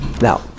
now